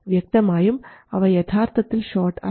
വ്യക്തമായും അവ യഥാർത്ഥത്തിൽ ഷോർട്ട് അല്ല